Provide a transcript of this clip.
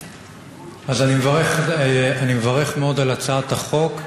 אז אני מברך, אני מברך מאוד על הצעת החוק,